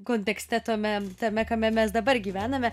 kontekste tame tame kame mes dabar gyvename